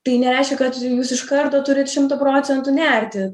tai nereiškia kad jūs iš karto turit šimtu procentų nerti